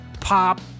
pop